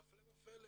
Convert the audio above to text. והפלא ופלא,